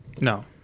no